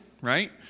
right